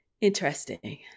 Interesting